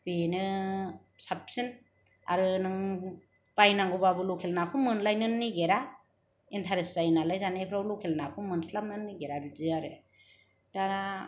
बेनो साबसिन आरो नों बायनांगौबाबो लकेल नाखौ मोनलायनोनो नागेरा इन्तारेस्ट जायो नालाय जानायफ्राव बेखायनो लकेल नाखौ मोनस्लोबनोनो नागेरा बिदि आरो दा